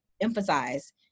emphasize